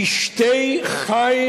כשתי ח"י